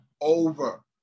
over